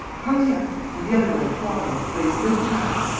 hurry up. and the other one to follow. waste no time.